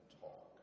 talk